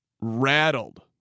rattled